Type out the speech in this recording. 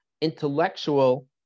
intellectual